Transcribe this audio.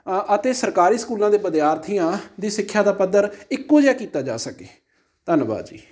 ਅਤੇ ਸਰਕਾਰੀ ਸਕੂਲਾਂ ਦੇ ਵਿਦਿਆਰਥੀਆਂ ਦੀ ਸਿੱਖਿਆ ਦਾ ਪੱਧਰ ਇੱਕੋ ਜਿਹਾ ਕੀਤਾ ਜਾ ਸਕੇ ਧੰਨਵਾਦ ਜੀ